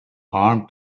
harm